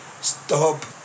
Stop